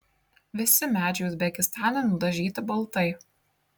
visi medžiai uzbekistane nudažyti baltai